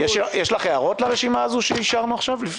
יש לך הערות לרשימה הזו שאישרנו עכשיו?